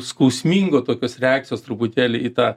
su skausmingo tokios reakcijos truputėlį į tą